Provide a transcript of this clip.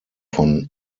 von